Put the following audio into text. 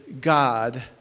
God